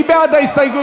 מי בעד ההסתייגויות?